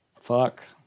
fuck